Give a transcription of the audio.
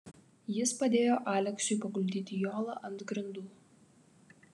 jis padėjo aleksiui paguldyti jolą ant grindų